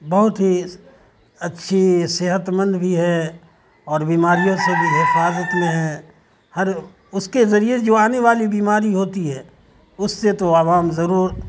بہت ہی اچھی صحت مند بھی ہے اور بیماریوں سے بھی حفاظت میں ہے ہر اس کے ذریعے جو آنے والی بیماری ہوتی ہے اس سے تو عوام ضرور